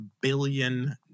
billion